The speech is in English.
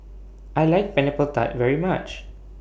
I like Pineapple Tart very much